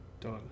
done